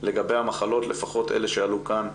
לגבי המחלות, לפחות אלה שעלו כאן,